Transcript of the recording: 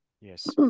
Yes